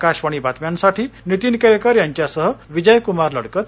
आकाशवाणी बातम्यांसाठी नीतीन केळकर यांच्यासह विजयकुमार लडकत